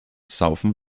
saufen